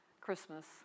Christmas